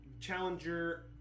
Challenger